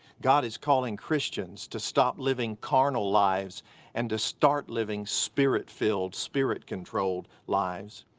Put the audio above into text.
god is calling christians to stop living carnal lives and to start living spirit-filled, spirit-controlled lives.